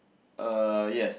uh yes